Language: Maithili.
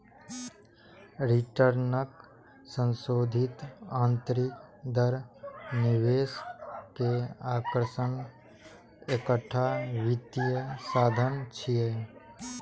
रिटर्नक संशोधित आंतरिक दर निवेश के आकर्षणक एकटा वित्तीय साधन छियै